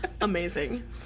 Amazing